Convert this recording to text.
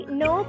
no